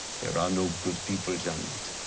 there are no good people, john